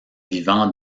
vivant